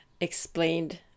explained